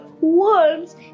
worms